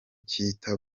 cyita